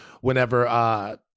whenever